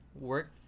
work